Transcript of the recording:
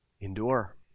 Endure